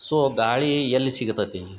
so ಗಾಳಿ ಎಲ್ಲಿ ಸಿಗ್ತತಿ